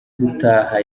gutaha